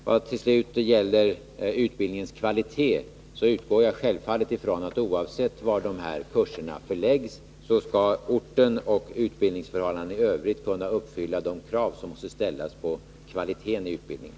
Vad slutligen gäller utbildningskvaliteten, utgår jag självfallet från att orten och utbildningsförhållandena i övrigt — oavsett var dessa kurser förläggs — skall kunna uppfylla de krav som måste ställas på kvaliteten i utbildningen.